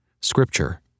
Scripture